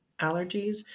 allergies